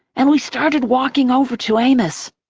and we started walking over to amos.